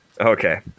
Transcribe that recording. okay